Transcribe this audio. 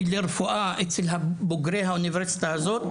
לרפואה אצל בוגרי האוניברסיטה הזאת,